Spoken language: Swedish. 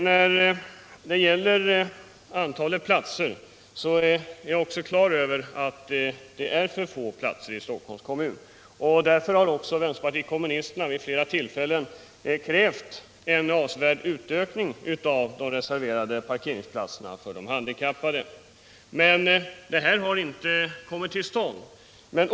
Jag är på det klara med att antalet platser för handikappade i Stockholms kommun är för litet. Därför har vänsterpartiet kommunisterna vid flera tillfällen krävt en avsevärd ökning av parkeringsplatser reserverade för handikappade. Men någon ökning har inte kommit till stånd.